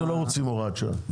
אנחנו לא רוצים הוראת שעה.